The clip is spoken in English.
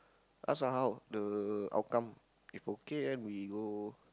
ask ah how the outcome if okay then we go